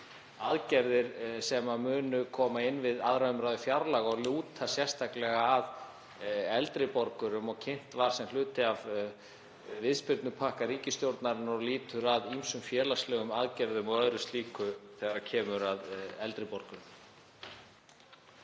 aðgerðir sem munu koma inn við 2. umr. fjárlaga og lúta sérstaklega að eldri borgurum og kynntar voru sem hluti af viðspyrnupakka ríkisstjórnarinnar og lúta að ýmsum félagslegum aðgerðum og öðru slíku þegar kemur að eldri borgurum.